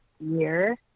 year